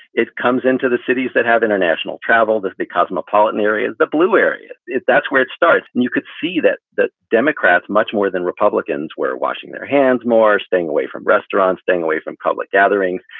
it comes into the cities that have international travel. this the cosmopolitan areas, the blue area, that's where it starts. and you could see that the democrats, much more than republicans were washing their hands more staying away from restaurants, staying away from public gatherings.